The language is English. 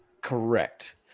Correct